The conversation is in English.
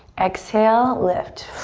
exhale, lift.